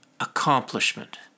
accomplishment